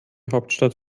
hauptstadt